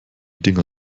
dinger